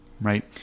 right